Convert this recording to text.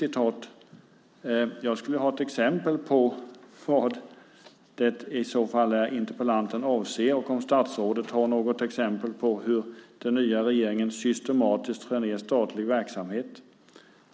Jag skulle vilja ha ett exempel på vad det i så fall är interpellanten avser och om statsrådet har något exempel på hur den nya regeringen systematiskt skär ned på statlig verksamhet.